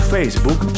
Facebook